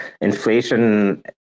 inflation